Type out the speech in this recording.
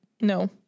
No